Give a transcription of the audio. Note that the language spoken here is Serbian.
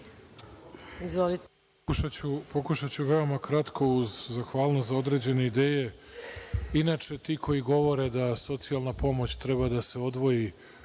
Pokušaću veoma kratko uz zahvalnost za određene ideje. Inače, ti koji govore da socijalna pomoć treba da se odvoji